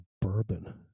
bourbon